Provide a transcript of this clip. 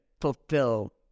fulfill